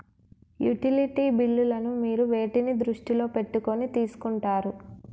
Utility బిల్లులను మీరు వేటిని దృష్టిలో పెట్టుకొని తీసుకుంటారు?